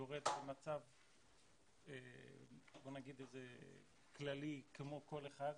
יורד במצב בוא נגיד כללי כמו כל אחד,